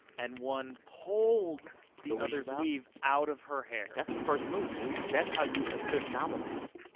and one pulled the other's um weave out of her hair that's the first move, dude. that's how you assert dominance.